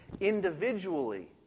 individually